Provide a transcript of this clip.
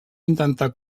intentar